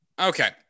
okay